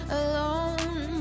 alone